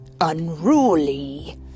unruly